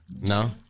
No